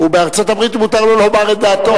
בארצות-הברית מותר לו לומר את דעתו,